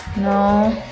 no?